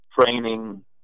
training